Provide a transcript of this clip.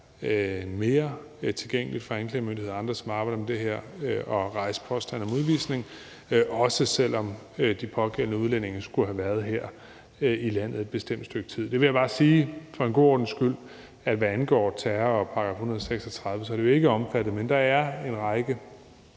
mere tilgængeligt for anklagemyndigheden og andre, som arbejder med det her, at rejse påstand om udvisning, også selv om de pågældende udlændinge skulle have været her i landet et bestemt stykke tid. Der vil jeg bare for god ordens skyld sige, at hvad angår terror og straffelovens § 136, er det jo ikke omfattet, men der er en række